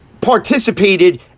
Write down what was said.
participated